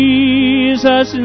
Jesus